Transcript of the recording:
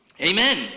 Amen